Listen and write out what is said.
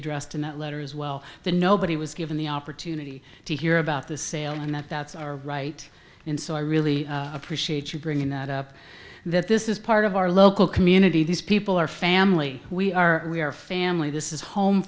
addressed in that letter as well that nobody was given the opportunity to hear about this sale and that that's our right and so i really appreciate you bringing that up that this is part of our local community these people are family we are we are family this is home